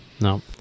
no